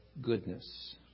goodness